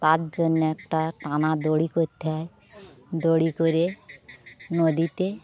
তার জন্য একটা টানা দড়ি করতে হয় দড়ি করে নদীতে